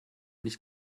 nicht